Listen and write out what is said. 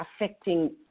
affecting